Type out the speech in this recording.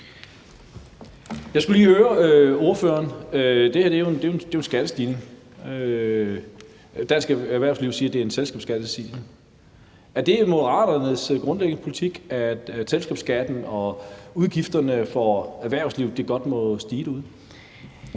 Jeg skal lige høre ordføreren, for det her er jo en skattestigning. Dansk Erhverv siger, at det er en selskabsskattestigning. Er det Moderaternes grundlæggende politik, at selskabsskatten og udgifterne for erhvervslivet godt må stige?